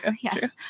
Yes